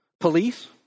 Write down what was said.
Police